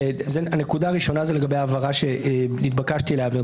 הנקודה הראשונה היא לגבי הבהרה שנתבקשתי להבהיר.